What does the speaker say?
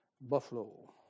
Buffalo